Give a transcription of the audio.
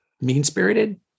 mean-spirited